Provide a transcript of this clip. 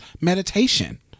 meditation